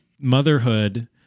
Motherhood